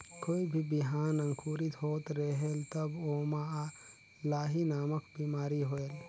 कोई भी बिहान अंकुरित होत रेहेल तब ओमा लाही नामक बिमारी होयल?